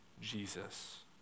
Jesus